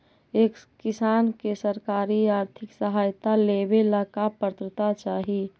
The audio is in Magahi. एक किसान के सरकारी आर्थिक सहायता लेवेला का पात्रता चाही?